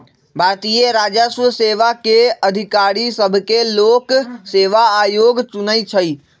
भारतीय राजस्व सेवा के अधिकारि सभके लोक सेवा आयोग चुनइ छइ